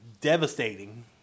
devastating